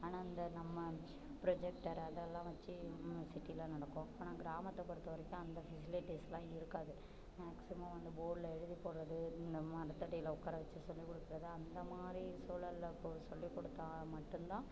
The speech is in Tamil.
ஆனால் இந்த நம்ம ப்ரொஜெக்டர் அதெல்லாம் வச்சி சிட்டியில நடக்கும் ஆனால் கிராமத்தை பொறுத்த வரைக்கும் அந்த ஃபெசிலிட்டிஸ்லாம் இருக்காது மேக்ஸிமம் வந்து போர்ட்ல எழுதி போடுறது இந்த மரத்தடியில உட்கார வச்சி சொல்லிக் கொடுக்கறது அந்த மாதிரி சூழல்ல கு சொல்லிக் கொடுத்தா மட்டுந்தான்